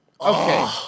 Okay